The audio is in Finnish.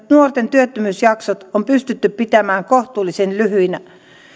nuorten työttömyysjaksot on pystytty pitämään kohtuullisen lyhyinä